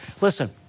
Listen